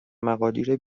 مقادیر